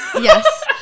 Yes